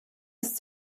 ist